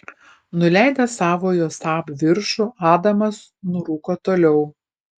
nuleidęs savojo saab viršų adamas nurūko toliau